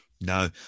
No